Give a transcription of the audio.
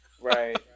Right